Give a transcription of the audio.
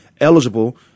eligible